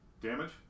Damage